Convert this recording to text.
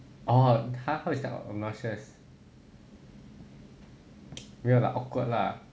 orh ha 会 sound obnoxious 没有啦 awkward lah